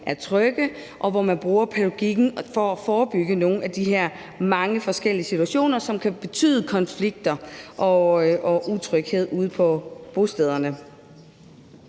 være trygge, og hvor man bruger pædagogikken for at forebygge nogle af de her mange forskellige situationer, som kan betyde konflikter og utryghed ude på bostederne.